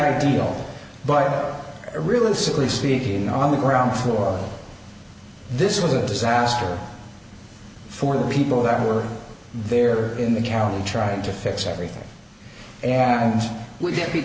ideal but realistically speaking on the ground floor this was a disaster for the people that were there in the county trying to fix everything and we didn't